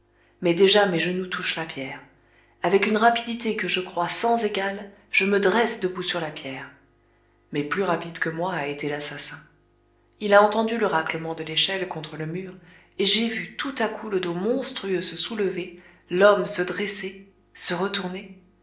mais déjà mes genoux touchent la pierre avec une rapidité que je crois sans égale je me dresse debout sur la pierre mais plus rapide que moi a été l'assassin il a entendu le râclement de l'échelle contre le mur et j'ai vu tout à coup le dos monstrueux se soulever l'homme se dresser se retourner